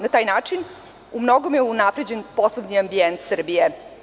Na taj način u mnogome je unapređen poslovni ambijent Srbije.